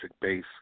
Base